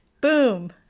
boom